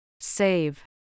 Save